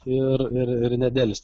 ir ir ir nedelsti